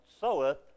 soweth